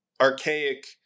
archaic